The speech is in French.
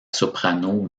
soprano